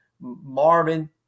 Marvin